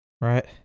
right